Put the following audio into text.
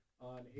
on